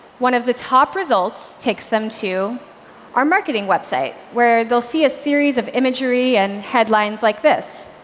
one of the top results takes them to our marketing website, where they'll see a series of imagery and headlines like this.